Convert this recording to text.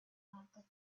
market